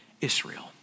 Israel